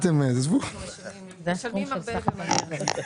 משלמים הרבה ומהר.